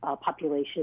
population